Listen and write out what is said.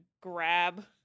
grab